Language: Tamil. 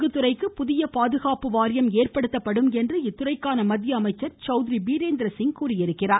குத்துறைக்கு புதிய பாதுகாப்பு வாரியம் அமைக்கப்படும் என்று இத்துறைக்கான மத்திய அமைச்சர் சௌத்ரி பீரேந்திர சிங் தெரிவித்துள்ளார்